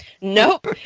nope